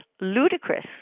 ludicrous